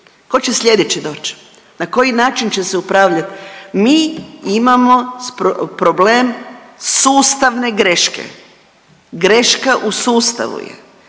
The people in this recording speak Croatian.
Tko će sljedeći doć? Na koji način će se upravljat? Mi imamo sustavne greške, greška u sustavu je,